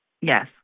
Yes